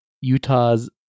Utah's